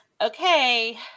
okay